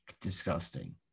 disgusting